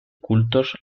cultos